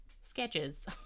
sketches